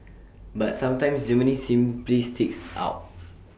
but sometimes Germany simply sticks out